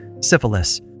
syphilis